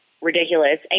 ridiculous